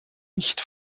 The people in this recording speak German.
nicht